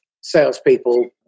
salespeople